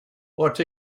what